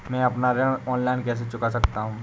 मैं अपना ऋण ऑनलाइन कैसे चुका सकता हूँ?